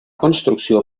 construcció